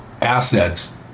assets